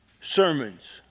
sermons